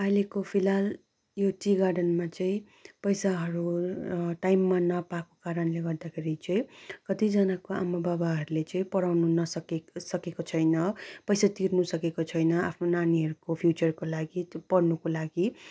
अहिलेको फिलहाल यो टी गार्डनमा चाहिँ पैसाहरू टाइममा नपाएको कारणले गर्दाखेरि चाहिँ कतिजनाको आमाबाबाहरूले चाहिँ पढाउनु नसकेको सकेको छैन पैसा तिर्नु सकेको छैन आफ्नो नानीहरूको फ्युचरको लागि पढ्नुको लागि